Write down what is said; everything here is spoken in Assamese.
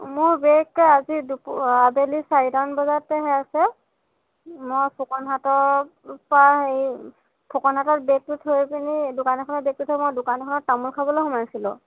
মোৰ বেগটো আজি দুপ অঁ আবেলি চাৰিটামান বজাতে হেৰাইছে মই ফুকনহাটৰ পৰা হেৰি ফুকনহাটত বেগটো থৈ পিনি দোকান এখনত বেগটো থৈ দোকান এখনত তামোল খাবলৈ সোমাইছিলো